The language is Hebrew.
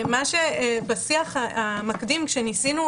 בשיח המקדים כשניסינו